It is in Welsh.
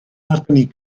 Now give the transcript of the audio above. arbenigol